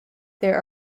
there